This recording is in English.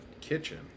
kitchen